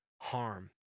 harm